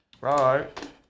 right